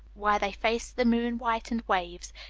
where they faced the moon-whitened waves,